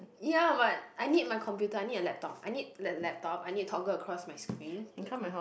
ya but I need my computer I need a laptop I need a laptop I need to toggle across my screen